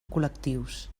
col·lectius